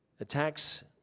attacks